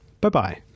Bye-bye